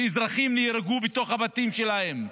ואזרחים נהרגו בתוך הבתים שלהם,